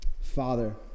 Father